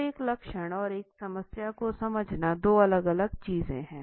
तो एक लक्षण और एक समस्या को समझना दो अलग अलग चीजें हैं